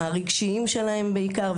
הרגשיים שלהם בעיקר,